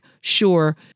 sure